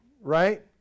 right